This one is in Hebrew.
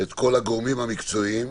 את כל הגורמים המקצועיים.